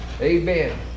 Amen